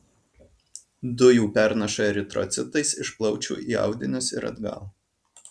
dujų pernaša eritrocitais iš plaučių į audinius ir atgal